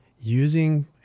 using